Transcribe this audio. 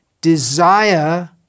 desire